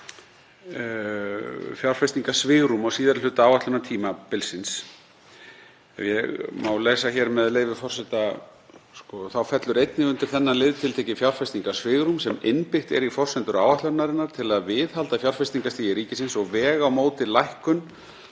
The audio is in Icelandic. fjárfestingarsvigrúm á síðari hluta áætlunartímabilsins. Ef ég má lesa hér, með leyfi forseta, „Þá fellur einnig undir þennan lið tiltekið fjárfestingarsvigrúm sem innbyggt er í forsendur áætlunarinnar til að viðhalda fjárfestingarstigi ríkisins og vega á móti lækkun